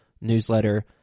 newsletter